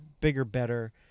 bigger-better